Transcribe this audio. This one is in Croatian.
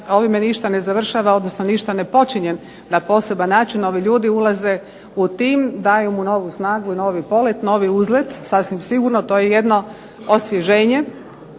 ovime ništa ne završava odnosno ništa ne počinje na poseban način, ovi ljudi ulaze u tim, daju mu novu snagu i novi polet, novi uzlet sasvim sigurno. To je jedno osvježenje